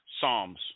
Psalms